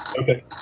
Okay